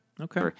okay